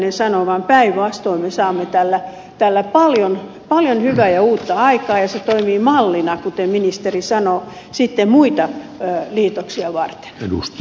pulliainen sanoo vaan päinvastoin me saamme tällä paljon hyvää ja uutta aikaan ja se toimii sitten mallina kuten ministeri sanoo muita liitoksia varten